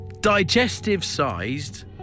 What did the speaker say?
digestive-sized